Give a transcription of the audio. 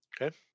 Okay